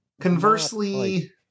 Conversely